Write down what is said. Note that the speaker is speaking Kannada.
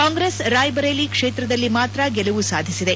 ಕಾಂಗ್ರೆಸ್ ರಾಯ್ಬರೇಲಿ ಕ್ಷೇತ್ರದಲ್ಲಿ ಮಾತ್ರ ಗೆಲುವು ಸಾಧಿಸಿದೆ